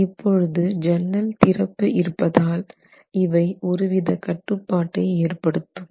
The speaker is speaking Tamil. இப்பொழுது ஜன்னல் திறப்பு இருப்பதால் இவை ஒரு வித கட்டுப்பாட்டை ஏற்படுத்தும்